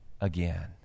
again